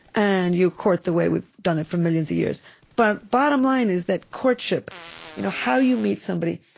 and you court the way we've done it for millions of years but bottom line is that courtship you know how you meet somebody,